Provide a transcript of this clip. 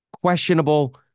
questionable